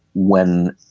when